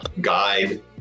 guide